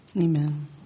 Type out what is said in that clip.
Amen